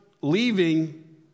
leaving